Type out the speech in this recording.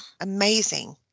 amazing